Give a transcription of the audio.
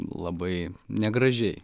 labai negražiai